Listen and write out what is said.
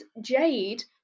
Jade